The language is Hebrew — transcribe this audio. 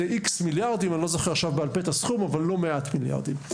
מדובר ב-X מיליארדים, לא מעט מיליארדים,